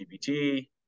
gpt